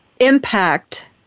impact